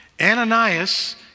Ananias